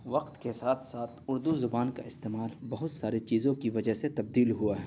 وقت کے ساتھ ساتھ اردو زبان کا استعمال بہت سارے چیزوں کی وجہ سے تبدیل ہوا ہے